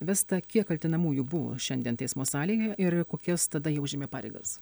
vesta kiek kaltinamųjų buvo šiandien teismo salėje ir kokias tada jie užėmė pareigas